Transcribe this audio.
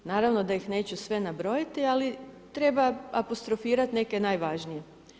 Naravno da ih neću sve nabrojati ali treba apostrofirati neke najvažnije.